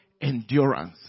endurance